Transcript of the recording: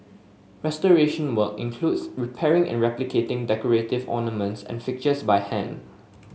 restoration work includes repairing and replicating decorative ornaments and fixtures by hand